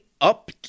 up